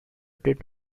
did